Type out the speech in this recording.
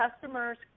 customer's